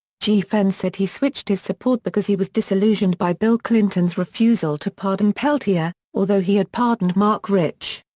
geffen said he switched his support because he was disillusioned by bill clinton's refusal to pardon peltier, although he had pardoned marc rich.